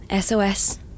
SOS